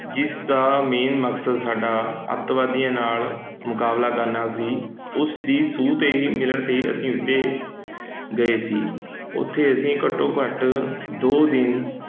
ਜਿਸਦਾ ਮੇਨ ਮਕਸਦ ਸਾਡਾ ਅੱਤਵਾਦੀਆਂ ਨਾਲ਼ ਮੁਕਾਬਲਾ ਕਰਨਾ ਸੀ ਉਸ ਦੀ ਸੂਹ 'ਤੇ ਮਿਲਣ 'ਤੇ ਅਸੀਂ ਉੱਥੇ ਗਏ ਸੀ ਉੱਥੇ ਅਸੀਂ ਘੱਟੋ ਘੱਟ ਦੋ ਦਿਨ